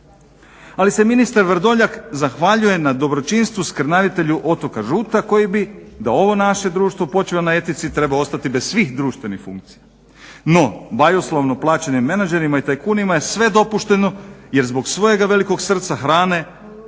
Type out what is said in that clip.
Ali se ministar Vrdoljak zahvaljuje na dobročinstvu skrnavitelju otoka Žuta koji bi da ovo naše društvo počiva na etici trebao ostati bez svih društvenih funkcija. No, bajoslovno plaćenim menadžerima i tajkunima je sve dopušteno jer zbog svojega velikog srca hrane